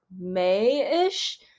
May-ish